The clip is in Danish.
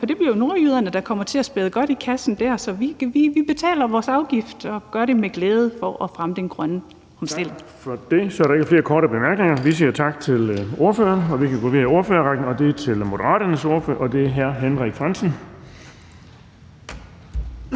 for det bliver jo nordjyderne, der kommer til at spæde godt i kassen der. Så vi betaler vores afgift og gør det med glæde for at fremme den grønne omstilling. Kl. 17:53 Den fg. formand (Erling Bonnesen): Tak for det. Så er der ikke flere korte bemærkninger. Vi siger tak til ordføreren, og vi kan gå videre i ordførerrækken til Moderaternes ordfører, hr. Henrik Frandsen. Kl.